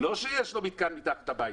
לא שיש לו מתקן מתחת לבית.